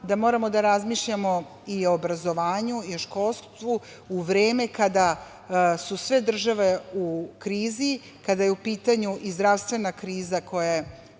da moramo da razmišljamo i o obrazovanju i o školstvu, u vreme kada su sve države u krizi, kada je u pitanju i zdravstvena kriza, za koju se